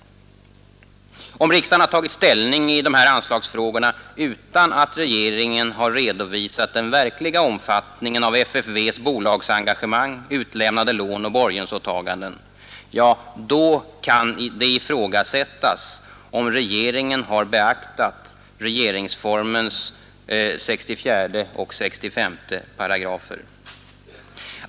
Om riksdagen har tagit ställning till de här anslagsfrågorna utan att regeringen har redovisat den verkliga omfattningen av FFV :s bolagsengagemang, utlämnade lån och borgensåtaganden, kan det ifrågasättas om regeringen har beaktat regeringsformens 64 och 65 §§.